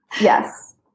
Yes